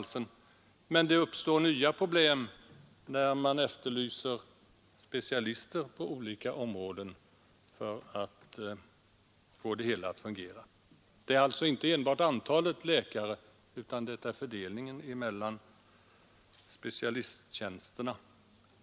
Men det uppstår nya problem när man efterlyser specialister på olika håll för att få det hela att fungera. Det gäller alltså inte enbart antalet läkare utan även fördelningen mellan specialisttjänsterna.